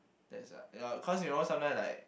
that's like ya cause you know sometimes like